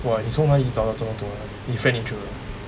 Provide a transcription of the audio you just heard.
!wah! 你从哪里找到这么多你 friend introduction